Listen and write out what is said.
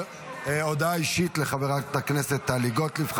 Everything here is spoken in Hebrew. הודעה אישית לחברת הכנסת טלי גוטליב.